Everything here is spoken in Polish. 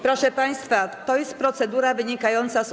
Proszę państwa, to jest procedura wynikająca z ustawy.